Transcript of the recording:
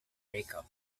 breakup